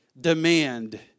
demand